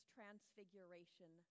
Transfiguration